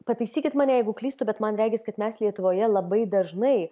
pataisykit mane jeigu klystu bet man regis kad mes lietuvoje labai dažnai